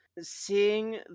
seeing